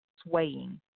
swaying